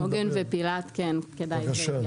עוגן ופילת, כדאי שהם